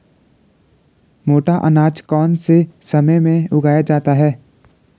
मोटा अनाज कौन से समय में उगाया जाता है?